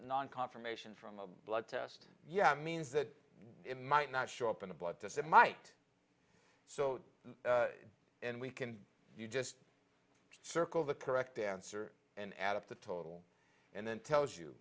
non confirmation from a blood test yeah means that it might not show up in a blood test it might so and we can you just circle the correct answer and add up the total and then tells you